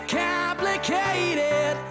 complicated